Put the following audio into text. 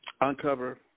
uncover